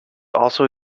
also